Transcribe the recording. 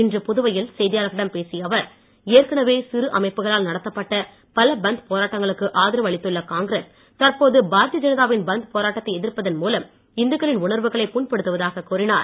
இன்று புதுவையில் செய்தியாளர்களிடம் பேசிய அவர் சிறு அமைப்புகளால் நடத்தப்பட்ட பல ஏற்கனவெ பந்த் போராட்டங்களுக்கு ஆதரவு அளித்துள்ள காங்கிரஸ் தற்போது பாரதிய ஜனதா வின் பந்த் போராட்டத்தை எதிர்ப்பதன் மூலம் இந்துக்களின் உணர்வுகளைப் புண்படுத்துவதாகக் கூறினார்